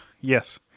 Yes